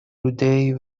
людей